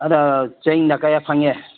ꯑꯗꯣ ꯆꯦꯡꯅ ꯀꯌꯥ ꯐꯪꯉꯦ